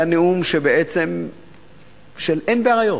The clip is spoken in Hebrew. היה נאום בעצם של: אין בעיות.